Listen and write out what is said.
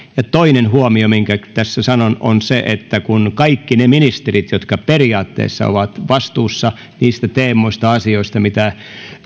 ja toinen huomio minkä tässä sanon on se että kun kaikki ne ministerit jotka periaatteessa ovat vastuussa niistä teemoista asioista mitä